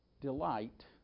Delight